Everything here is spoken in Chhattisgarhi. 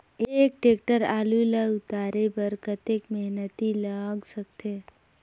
एक टेक्टर आलू ल उतारे बर कतेक मेहनती लाग सकथे?